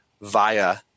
via